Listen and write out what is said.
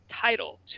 title